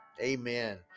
amen